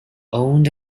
owned